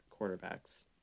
quarterbacks